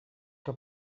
que